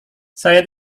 saya